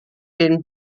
den